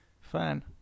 Fine